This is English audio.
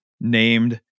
named